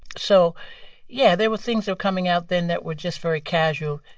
so yeah, there were things were coming out then that were just very casual.